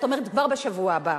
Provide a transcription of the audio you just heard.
זאת אומרת כבר בשבוע הבא.